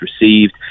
received